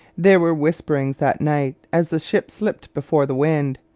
there were whisperings that night as the ship slipped before the wind,